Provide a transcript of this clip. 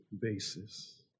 basis